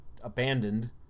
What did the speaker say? abandoned